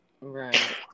Right